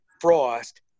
Frost